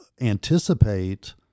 anticipate